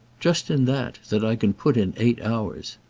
just in that that i can put in eight hours.